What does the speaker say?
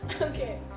Okay